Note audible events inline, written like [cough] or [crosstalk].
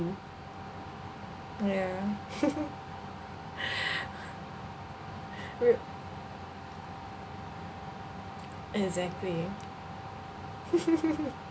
ya [laughs] [noise] r~ exactly [laughs]